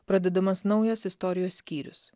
pradedamas naujas istorijos skyrius